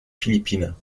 philippines